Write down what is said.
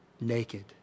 naked